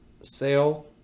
sale